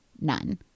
none